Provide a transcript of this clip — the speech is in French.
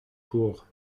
pour